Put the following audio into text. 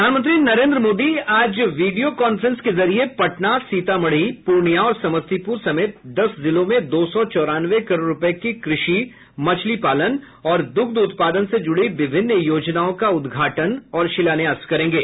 प्रधानमंत्री नरेन्द्र मोदी आज video conference के जरिए पटना सीतामढ़ी पूर्णिया और समस्तीपुर समेत दस जिलों में दो सौ चौरानवे करोड़ रूपये की कृषि मछली पालन और दुग्ध उत्पादन से जुड़ी विभिन्न योजनाओं का उद्घाटन और शिलान्यास करेंगे